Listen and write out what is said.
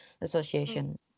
Association